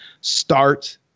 start